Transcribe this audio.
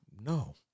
No